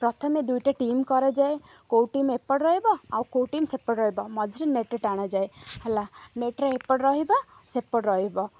ପ୍ରଥମେ ଦୁଇଟେ ଟିମ୍ କରାଯାଏ କେଉଁ ଟିମ୍ ଏପଟ ରହିବ ଆଉ କେଉଁ ଟିମ୍ ସେପଟ ରହିବ ମଝିରେ ନେଟ୍ ଟାଣାଯାଏ ହେଲା ନେଟ୍ରେ ଏପଟ ରହିବ ସେପଟ ରହିବ